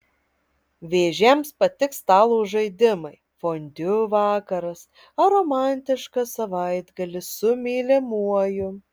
vėžiams patiks stalo žaidimai fondiu vakaras ar romantiškas savaitgalis su mylimuoju